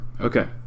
Okay